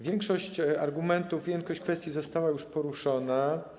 Większość argumentów i kwestii została już poruszona.